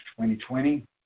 2020